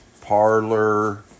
Parlor